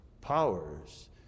powers